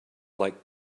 like